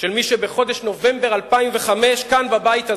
של מי שבחודש נובמבר 2005 כאן בבית הזה,